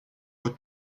aux